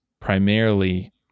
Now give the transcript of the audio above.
primarily